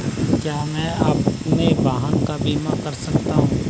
क्या मैं अपने वाहन का बीमा कर सकता हूँ?